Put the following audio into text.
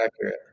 accurate